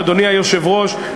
אדוני היושב-ראש,